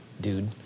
dude